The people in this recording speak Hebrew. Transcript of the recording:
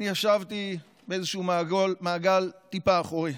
אני ישבתי באיזשהו מעגל טיפה אחורי.